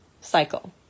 cycle